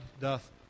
doth